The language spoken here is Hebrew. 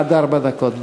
עד ארבע דקות.